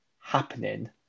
happening